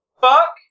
Fuck